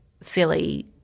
silly